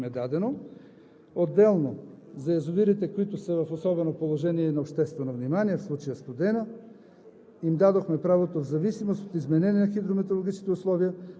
така че те имат това право да го правят и с всеки график им е дадено. Отделно за язовирите, които са в особено положение и на обществено внимание – в случая „Студена“,